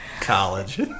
College